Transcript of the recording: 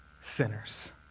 sinners